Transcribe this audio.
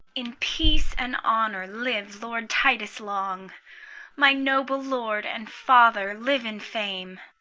in peace and honour live lord titus long my noble lord and father, live in fame!